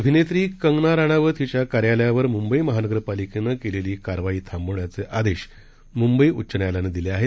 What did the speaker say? अभिनेत्री कंगना राणावत हिच्या कार्यालयावर मुंबई महानगरपालिकेनं केलेली कारवाई थांबवण्याचे आदेश मुंबई उच्च न्यायालयानं दिले आहेत